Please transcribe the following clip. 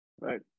Right